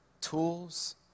tools